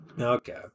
Okay